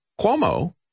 Cuomo